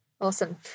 awesome